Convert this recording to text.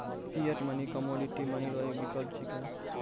fiat money commodity money रो एक विकल्प छिकै